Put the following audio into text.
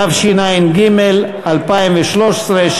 התשע"ג 2013,